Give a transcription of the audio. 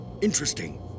Interesting